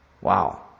Wow